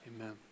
Amen